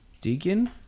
Deacon